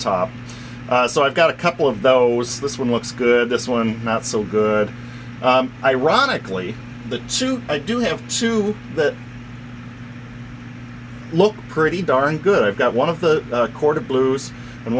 top so i've got a couple of those this one looks good this one not so good ironically the suit i do have to look pretty darn good i've got one of the quarter blues and